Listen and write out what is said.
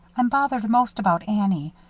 i'm bothered most about annie.